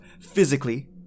physically